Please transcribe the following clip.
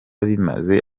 bimaze